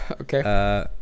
Okay